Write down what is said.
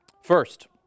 First